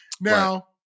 Now